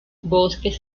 bosques